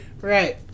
Right